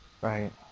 Right